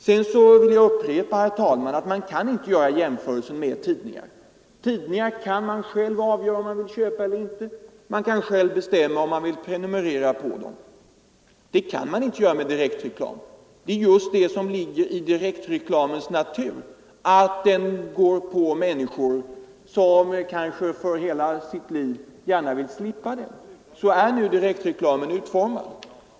Jag vill upprepa, herr talman, att man inte kan göra någon jämförelse med tidningar. Man kan själv avgöra om man vill köpa tidningar eller inte, man kan själv bestämma om man vill prenumerera på dem. Det kan man däremot inte göra med direktreklam. Det är just det som ligger i direktreklamens natur att den tränger sig på människor som kanske för hela sitt liv vill slippa den. Så är direktreklamens natur.